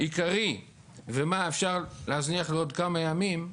עיקרי ומה אפשר להזניח לעוד כמה ימים,